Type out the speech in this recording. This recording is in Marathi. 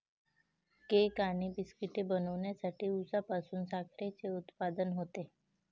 केक आणि बिस्किटे बनवण्यासाठी उसापासून साखरेचे उत्पादन होते